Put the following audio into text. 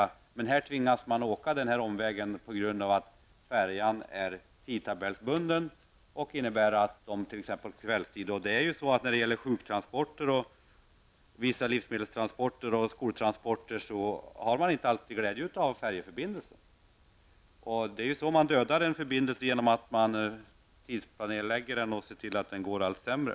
Men dessa människor tvingas alltså att åka en omväg på grund av att färjan är tidtabellsbunden. På kvällstid t.ex. och när det gäller sjuktransporter, vissa livsmedelstransporter och skoltransporter har man inte alltid glädje av färjeförbindelsen. Det är så man dödar en förbindelse -- dvs. genom att tidplanelägga förbindelsen och se till att den blir allt sämre.